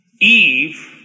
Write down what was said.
Eve